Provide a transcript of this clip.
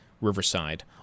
Riverside